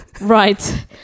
Right